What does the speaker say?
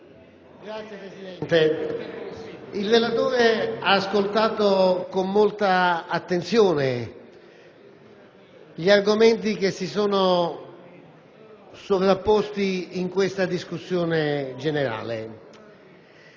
il relatore ha ascoltato con molta attenzione gli argomenti che si sono sovrapposti in questa discussione generale